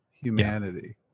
humanity